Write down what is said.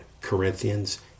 Corinthians